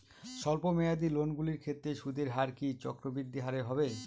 স্বল্প মেয়াদী লোনগুলির ক্ষেত্রে সুদের হার কি চক্রবৃদ্ধি হারে হবে?